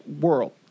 world